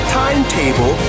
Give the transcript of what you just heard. timetable